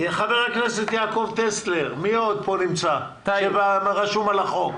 חבר הכנסת יעקב טסלר מי עוד נמצא כאן ורשום על החוק?